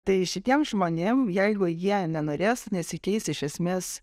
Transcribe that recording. tai šitiem žmonėm jeigu jie nenorės nesikeis iš esmės